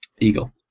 eagle